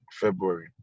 February